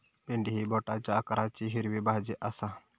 भेंडी ही बोटाच्या आकाराची हिरवी भाजी आसा